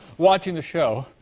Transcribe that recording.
watching the show,